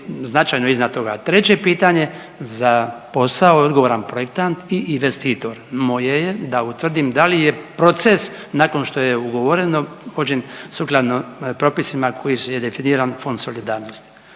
značajno iznad toga. Treće pitanje, za posao odgovoran projektant i investitor. Moje je da utvrdim da li je proces, nakon što je ugovore, vođen sukladno propisima koji su, definiran Fond solidarnosti.